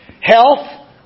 health